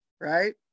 right